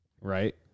Right